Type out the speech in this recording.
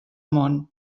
món